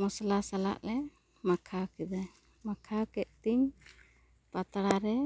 ᱢᱚᱥᱞᱟ ᱥᱟᱞᱟᱜ ᱞᱮ ᱢᱟᱠᱷᱟᱣ ᱠᱮᱫᱟ ᱢᱟᱠᱷᱟᱣ ᱠᱮᱫ ᱛᱤᱧ ᱯᱟᱛᱲᱟ ᱨᱮ